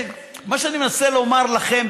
מה שאני מנסה לומר לכם,